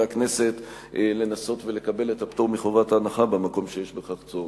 הכנסת לנסות לקבל את הפטור מחובת הנחה במקום שיש בכך צורך.